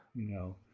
know,